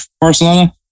Barcelona